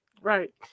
Right